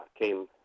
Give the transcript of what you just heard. came